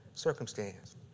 Circumstance